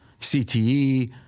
CTE